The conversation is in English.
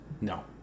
No